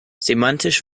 semantisch